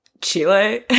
Chile